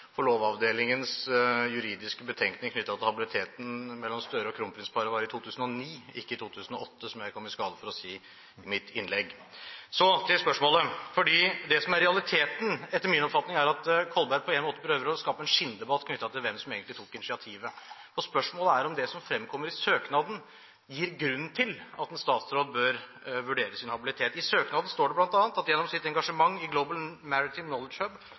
innlegg. Lovavdelingens juridiske betenkning knyttet til habiliteten mellom Gahr Støre og kronprinsparet var i 2009, ikke i 2008, som jeg kom i skade for å si i mitt innlegg. Så til spørsmålet. Det som er realiteten etter min oppfatning, er at Kolberg på en måte prøver å skape en skinndebatt knyttet til hvem som egentlig tok initiativet. Spørsmål er om det som fremkommer i søknaden, gir grunn til at en statsråd bør vurdere sin habilitet. I søknaden står det bl.a.: «Gjennom sitt engasjement i Global